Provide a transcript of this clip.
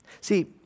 See